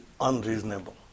unreasonable